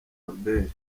albert